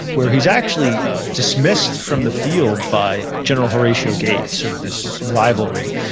where he's actually dismissed from the field by general horatio gates, sort of this rivalry,